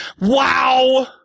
wow